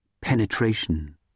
penetration